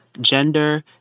gender